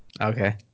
Okay